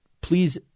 Please